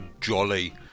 Jolly